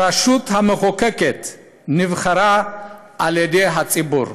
הרשות המחוקקת נבחרה על ידי הציבור.